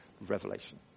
revelation